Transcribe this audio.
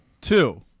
Two